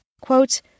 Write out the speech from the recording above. Quote